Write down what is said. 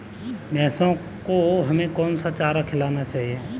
भैंसों को हमें कौन सा चारा खिलाना चाहिए?